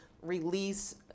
release